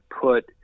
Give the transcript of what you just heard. put